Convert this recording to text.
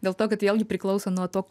dėl to kad vėlgi priklauso nuo to